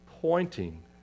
pointing